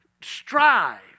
strive